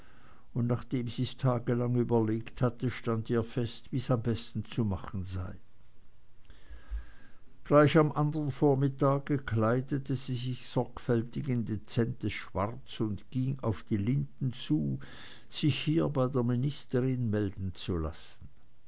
und nachdem sie's tagelang überlegt hatte stand ihr fest wie's am besten zu machen sei gleich am andern vormittag kleidete sie sich sorgfältig in ein dezentes schwarz und ging auf die linden zu sich hier bei der ministerin melden zu lassen